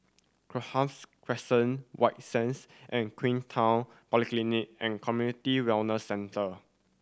Cochrane Crescent White Sands and Queenstown Polyclinic and Community Wellness Centre